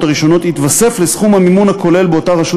הראשונות יתווסף לסכום המימון הכולל באותה רשות